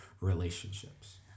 relationships